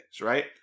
right